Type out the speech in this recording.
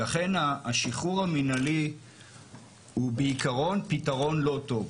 לכן השחרור המנהלי הוא בעיקרון פתרון לא טוב.